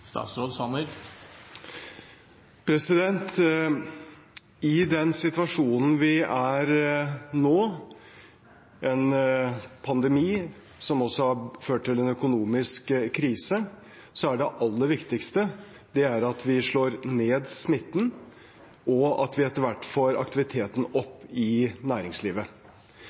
I den situasjonen vi er i nå, i en pandemi, som også har ført til en økonomisk krise, er det aller viktigste at vi slår ned smitten, og at vi etter hvert får aktiviteten opp i næringslivet.